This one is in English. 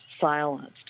silenced